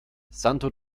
santo